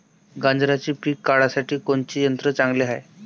गांजराचं पिके काढासाठी कोनचे यंत्र चांगले हाय?